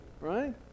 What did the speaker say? right